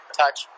touch